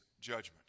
judgment